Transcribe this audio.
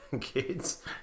kids